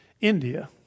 India